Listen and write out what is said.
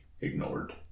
ignored